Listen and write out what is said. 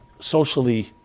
socially